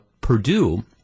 Purdue